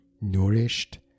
nourished